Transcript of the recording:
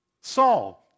Saul